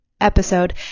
episode